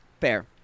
Fair